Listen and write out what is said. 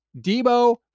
Debo